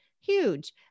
huge